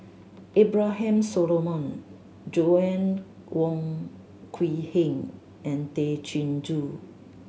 Abraham Solomon Joanna Wong Quee Heng and Tay Chin Joo